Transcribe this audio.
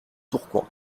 tourcoing